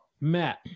matt